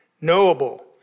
knowable